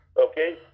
okay